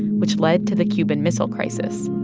which led to the cuban missile crisis.